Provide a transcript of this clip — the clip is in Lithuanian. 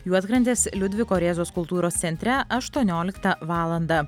juodkrantės liudviko rėzos kultūros centre aštuonioliktą valandą